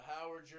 Howard